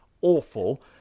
awful